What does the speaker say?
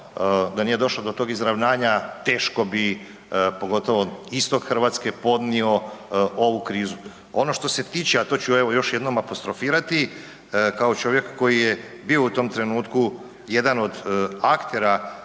Da nije došlo do tog izravnanja, teško bi, pogotovo istok Hrvatske podnio ovu krizu. Ono što se tiče, a to ću evo, još jednom apostrofirati, kao čovjeka koji je bio u tom trenutku jedan od aktera